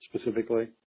specifically